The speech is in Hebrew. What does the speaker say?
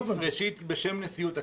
בשם נשיאות הכנסת,